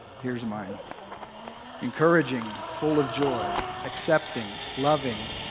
here's mine encouraging, full of joy, accepting, loving,